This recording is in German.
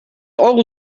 eure